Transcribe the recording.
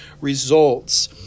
results